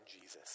Jesus